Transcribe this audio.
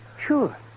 Sure